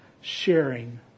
sharing